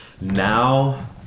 Now